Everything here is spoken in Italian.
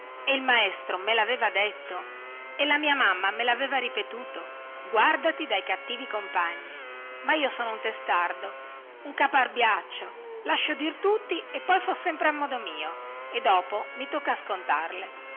e il maestro me laveva detto e la mia mamma me lo aveva ripetuto guàrdati dai cattivi compagni ma io sono un testardo un caparbiaccio lascio dir tutti e poi fo sempre a modo mio e dopo mi tocca a scontarle